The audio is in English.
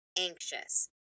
anxious